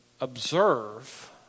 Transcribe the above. observe